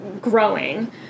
growing